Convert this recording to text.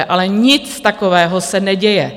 Ale nic takového se neděje.